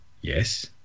yes